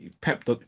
Pep